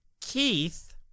Keith